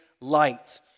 light